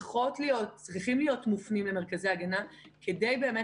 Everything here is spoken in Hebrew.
צריכים להיות מופנים למרכזי הגנה כדי באמת